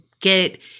get